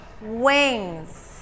Wings